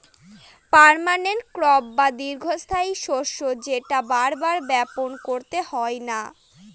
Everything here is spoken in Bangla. পার্মানান্ট ক্রপ বা দীর্ঘস্থায়ী শস্য যেটা বার বার বপন করতে হয় না